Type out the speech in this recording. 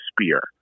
spear